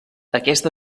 aquesta